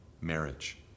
marriage